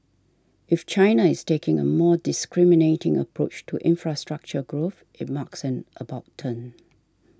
if China is taking a more discriminating approach to infrastructure growth it marks an about turn